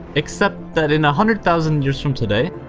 except that in a hundred thousand years from today,